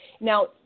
Now